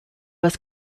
was